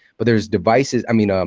but there's devices, i mean, um